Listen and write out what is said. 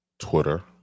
twitter